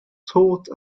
taught